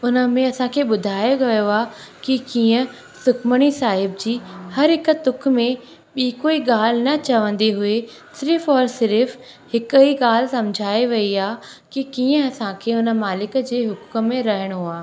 उन में असां खे ॿुधाए वियो आहे की कीअं सुखमणी साहिब जी हर हिकु तुख में ॿी कोई ॻाल्हि न चवंदी हुई सिर्फ़ु और सिर्फ़ु हिकु ई ॻाल्हि सम्झाए वई आहे की कीअं असांखे उन मालिक जे हुकुम में रहिणो आहे